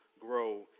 grow